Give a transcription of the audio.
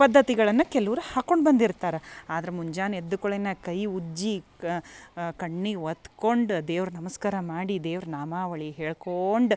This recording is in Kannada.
ಪದ್ಧತಿಗಳನ್ನ ಕೆಲವ್ರು ಹಾಕೊಂಡು ಬಂದಿರ್ತರ ಆದ್ರ ಮುಂಜಾನೆ ಎದ್ದ ಕುಳೆನ ಕೈ ಉಜ್ಜೀ ಕಣ್ಣಿಗೆ ಒತ್ಕೊಂಡು ದೇವ್ರ ನಮಸ್ಕಾರ ಮಾಡಿ ದೇವ್ರ ನಾಮಾವಳಿ ಹೇಳ್ಕೋಂಡು